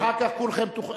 אחר כך כולכם תוכלו,